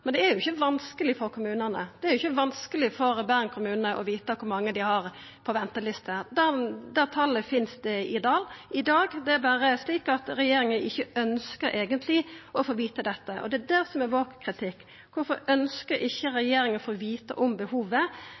Men det er ikkje vanskeleg for kommunane. Det er ikkje vanskeleg for Bergen kommune å vita kor mange dei har på venteliste. Det talet finst i dag. Det er berre slik at regjeringa ikkje eigentleg ønskjer å få vita det. Det er det som er vår kritikk. Kvifor ønskjer ikkje regjeringa å få vita om behovet?